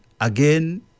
again